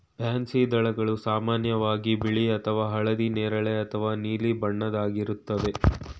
pansy ದಳಗಳು ಸಾಮಾನ್ಯವಾಗಿ ಬಿಳಿ ಅಥವಾ ಹಳದಿ ನೇರಳೆ ಅಥವಾ ನೀಲಿ ಬಣ್ಣದ್ದಾಗಿರುತ್ವೆ